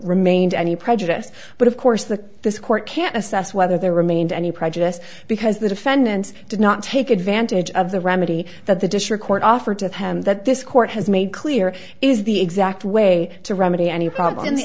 remained any prejudice but of course the this court can't assess whether there remained any prejudice because the defendant did not take advantage of the remedy that the district court offered to him that this court has made clear is the exact way to remedy any problem